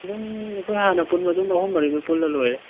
ꯑꯗꯨꯝ ꯑꯩꯈꯣꯏ ꯍꯥꯟꯅ ꯄꯨꯟꯕ ꯑꯗꯨꯝ ꯑꯍꯨꯝ ꯃꯔꯤꯗꯨ ꯄꯨꯜꯂ ꯂꯣꯏꯔꯦ